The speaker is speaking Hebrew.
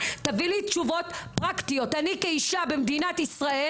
בלשכת פרקליט המדינה